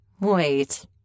Wait